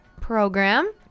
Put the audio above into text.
program